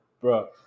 Bro